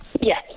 Yes